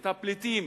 את הפליטים,